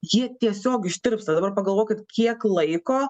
jie tiesiog ištirpsta dabar pagalvokit kiek laiko